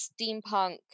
steampunk